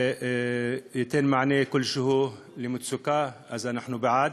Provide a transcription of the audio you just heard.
זה ייתן מענה כלשהו על המצוקה, אז אנחנו בעד.